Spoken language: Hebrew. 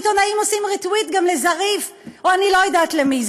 עיתונאים עושים retweet גם לזריף או אני לא יודעת למי.